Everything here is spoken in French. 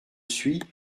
suis